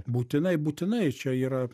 būtinai būtinai čia yra